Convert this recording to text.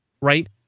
right